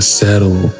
settle